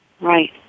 Right